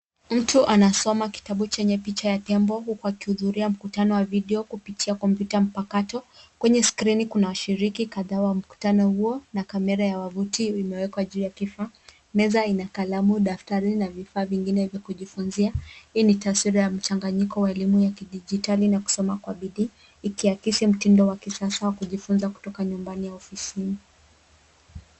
Mtu anasoma kitabu chenye picha ya Adhiambo huku akihuduria mkutano wa video kupitia kompyuta mpakato. Kwenye skrini kuna washiriki kadhaa wa mkutano huo na kamera ya wavuti imewekwa juu ya kifaa. Meza ina kalamu, daftari na vifaa vingine vya kujifunzia. Hii ni taswira ya mchanganyiko wa elimu ya kidijitali na kusoma kwa bidii ikiakisi mtindo wa kisasa wa kujifunza kutoka nyumbani au ofisini.